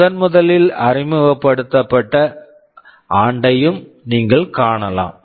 முதன்முதலில் அறிமுகப்படுத்தப்பட்ட ஆண்டையும் நீங்கள் காணலாம்